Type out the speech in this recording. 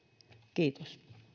kiitos